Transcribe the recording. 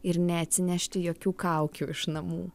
ir neatsinešti jokių kaukių iš namų